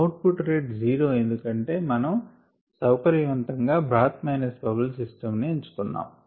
out put rate 0 ఎందుకంటే మనం సౌకర్యవంతంగా బ్రాత్ మైనస్ బబుల్స్ సిస్టం ని ఎంచుకున్నాం